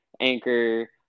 Anchor